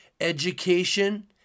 Education